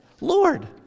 Lord